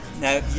now